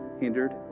hindered